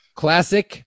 classic